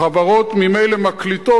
החברות ממילא מקליטות,